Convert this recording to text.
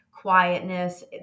quietness